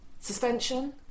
Suspension